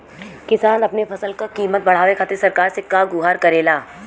किसान अपने फसल क कीमत बढ़ावे खातिर सरकार से का गुहार करेला?